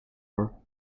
ore